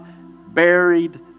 buried